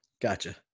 Gotcha